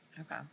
Okay